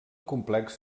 complex